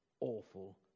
awful